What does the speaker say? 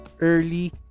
early